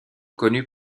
connus